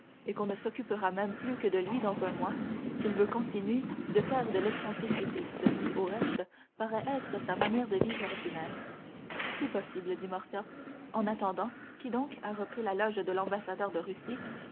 et qu'on ne s'occupera même plus que de lui dans un mois s'il veut continuer de faire de l'excentricité ce qui au reste paraît être sa manière de vivre ordinaire c'est possible dit morcerf en attendant qui donc a repris la loge de l'ambassadeur de russie